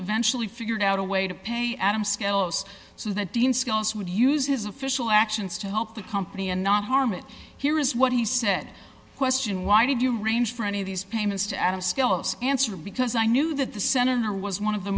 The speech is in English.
eventually figured out a way to pay adam skelos so that dean skelos would use his official actions to help the company and not harm it here is what he said question why did you arrange for any of these payments to adam scales answer because i knew that the senator was one of the